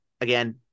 again